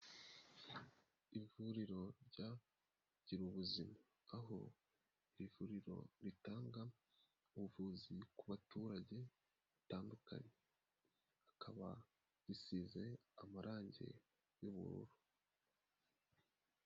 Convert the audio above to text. Ivuriro rya gira ubuzima, aho iri vuriro ritanga ubuvuzi ku baturage batandukanye, rikaba risize amarangi y'ubururu.